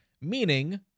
Meaning